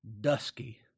dusky